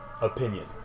opinion